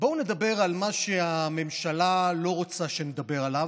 בואו נדבר על מה שהממשלה לא רוצה שנדבר עליו,